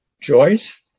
Joyce